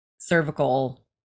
cervical